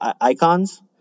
icons